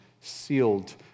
sealed